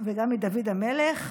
וגם מדוד המלך,